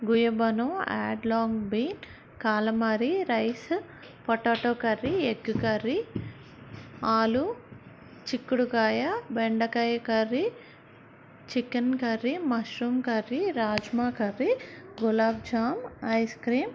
గుయ్య బనో yardlong bean calamari rice potato curry egg curry aloo చిక్కుడుకాయ బెండకాయ curry chicken curry mushroom curry rajma curry gulab jam ice cream